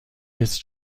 ist